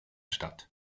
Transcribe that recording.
stadt